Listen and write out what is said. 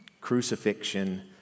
crucifixion